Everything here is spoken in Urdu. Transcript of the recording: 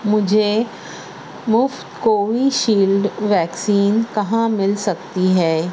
مجھے مفت کویشیلڈ ویکسین کہاں مل سکتی ہے